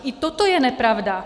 I toto je nepravda.